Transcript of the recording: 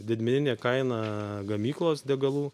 didmeninė kaina gamyklos degalų